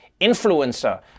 influencer